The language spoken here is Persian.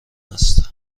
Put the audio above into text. است